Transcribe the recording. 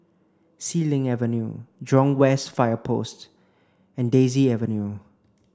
Xilin Avenue Jurong West Fire Post and Daisy Avenue